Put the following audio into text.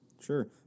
Sure